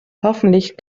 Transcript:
hoffentlich